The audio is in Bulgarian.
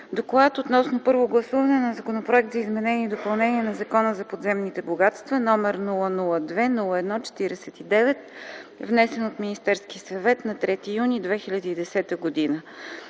„ДОКЛАД относно първо гласуване на Законопроект за изменение и допълнение на Закона за подземните богатства, № 002-01-49, внесен от Министерски съвет на 3 юни 2010 г.